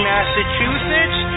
Massachusetts